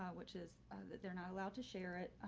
which is that they're not allowed to share it,